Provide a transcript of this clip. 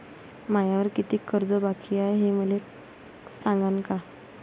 मायावर कितीक कर्ज बाकी हाय, हे मले सांगान का?